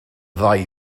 ddau